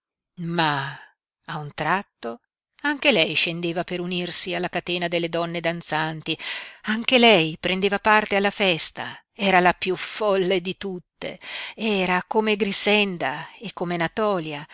ma a un tratto anche lei scendeva per unirsi alla catena delle donne danzanti anche lei prendeva parte alla festa era la piú folle di tutte era come grixenda e come natòlia